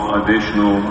additional